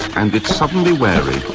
and it's suddenly wary.